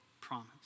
promise